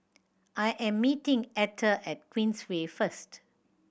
I am meeting Etter at Queensway first